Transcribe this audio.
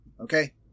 Okay